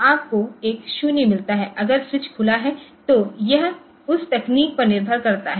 तो आपको एक 0 मिलता है अगर स्विच खुला है तो यह उस तकनीक पर निर्भर करता है